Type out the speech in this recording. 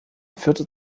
führte